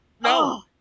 no